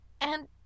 and